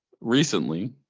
recently